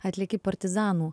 atliki partizanų